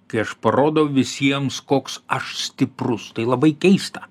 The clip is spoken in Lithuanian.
kai aš parodau visiems koks aš stiprus tai labai keista